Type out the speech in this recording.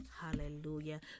Hallelujah